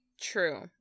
True